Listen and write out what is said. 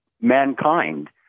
mankind